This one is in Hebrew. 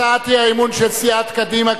הצעת האי-אמון של סיעת קדימה,